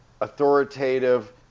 authoritative